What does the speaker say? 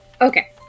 okay